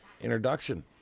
introduction